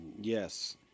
Yes